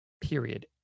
period